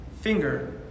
finger